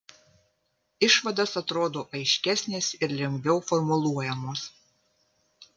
išvados atrodo aiškesnės ir lengviau formuluojamos